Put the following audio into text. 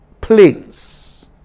planes